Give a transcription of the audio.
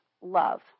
love